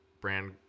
brand